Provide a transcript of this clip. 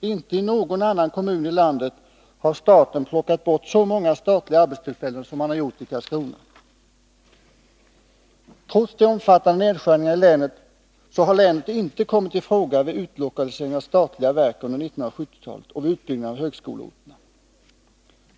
Inte i någon annan kommun i landet har staten plockat bort så många statliga arbetstillfällen som i Karlskrona. Trots de omfattande nedskärningarna har länet inte kommit i fråga vid utlokaliseringen av statliga verk under 1970-talet och vid utbyggnaden av högskoleorterna.